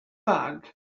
bag